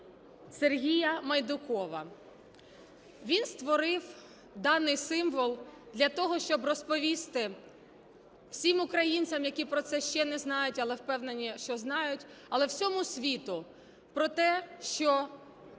Сергія Майдукова. Він створив даний символ для того, щоб розповісти всім українцям, які про це ще не знають, але впевнені, що знають, але всьому світу про те, що